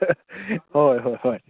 ꯍꯣꯏ ꯍꯣꯏ ꯍꯣꯏ